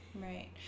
Right